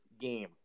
game